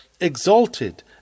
exalted